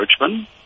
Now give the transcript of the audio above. Richmond